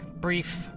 brief